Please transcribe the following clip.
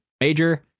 major